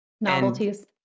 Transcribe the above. Novelties